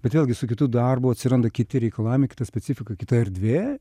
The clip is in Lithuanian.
bet vėlgi su kitu darbu atsiranda kiti reikalavimai kita specifika kita erdvė